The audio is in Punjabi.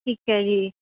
ਠੀਕ ਹੈ ਜੀ